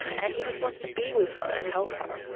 and he just wants to be with her and help her.